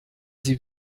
sie